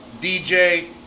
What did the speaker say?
DJ